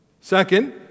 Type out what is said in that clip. Second